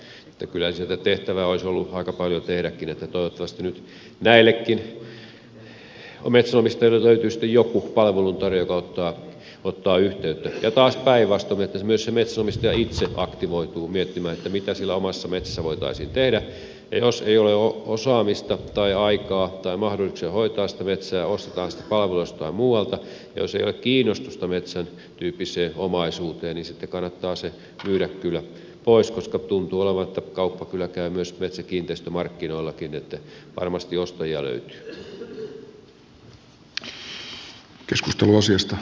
kyllä siellä tehtävää olisi ollut aika paljon niin että toivottavasti nyt näillekin metsänomistajille löytyy sitten joku palveluntarjoaja joka ottaa yhteyttä ja taas päinvastoin että myös se metsänomistaja itse aktivoituu miettimään mitä siellä omassa metsässä voitaisiin tehdä ja jos ei ole osaamista tai aikaa tai mahdollisuuksia hoitaa sitä metsää ostetaan se palvelu jostain muualta ja jos ei ole kiinnostusta metsän tyyppiseen omaisuuteen niin sitten kannattaa se myydä kyllä pois koska tuntuu olevan niin että kauppa kyllä käy myös metsäkiinteistömarkkinoilla että varmasti ostajia löytyy